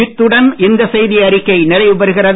இத்துடன் இந்த செய்தி அறிக்கை நிறைவு பெறுகிறது